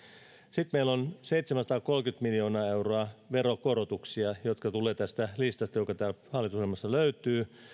sitten meillä on seitsemänsataakolmekymmentä miljoonaa euroa veronkorotuksia jotka tulevat tästä listasta joka löytyy täältä hallitusohjelmasta